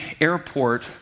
airport